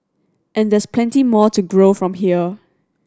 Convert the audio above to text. and there's plenty more to grow from here